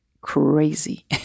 crazy